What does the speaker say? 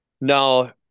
no